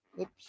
oops